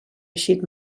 eixit